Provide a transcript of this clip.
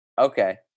Okay